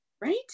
Right